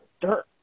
dirt